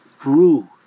grew